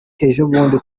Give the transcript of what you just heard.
ejobundi